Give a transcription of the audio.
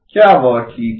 क्या वह ठीक है